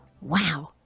Wow